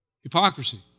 Hypocrisy